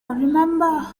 remember